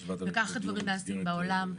וכך הדברים נעשים בעולם,